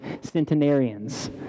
centenarians